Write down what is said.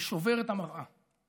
ושובר את המראה,